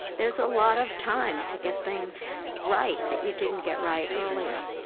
there's a lot of time to get things right that you didn't get right earlier.